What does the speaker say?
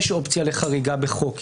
יש אופציה לחריגה בחוק,